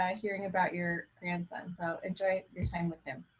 ah hearing about your grandson. so enjoy your time with him.